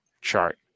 chart